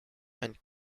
and